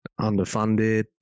underfunded